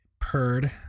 purred